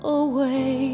away